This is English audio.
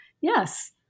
Yes